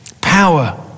power